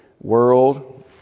World